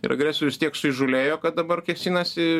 ir agresorius tiek suįžūlėjo kad dabar kėsinasi